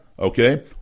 Okay